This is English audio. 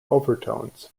overtones